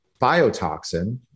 biotoxin